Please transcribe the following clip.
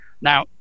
Now